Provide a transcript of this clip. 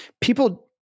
people